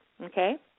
Okay